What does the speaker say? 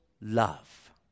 love